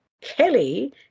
Kelly